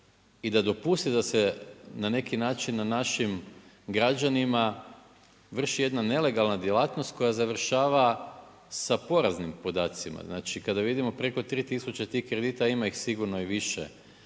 i da dopusti da se na neki način na našim građanima vrši jedna nelegalna djelatnost koja završava sa poraznim podacima. Znači, kada vidimo preko 3 tisuće tih kredita, a ima ih sigurno i više